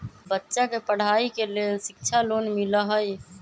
बच्चा के पढ़ाई के लेर शिक्षा लोन मिलहई?